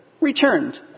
returned